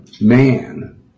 man